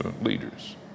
leaders